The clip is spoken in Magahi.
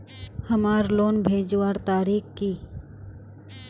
हमार लोन भेजुआ तारीख की?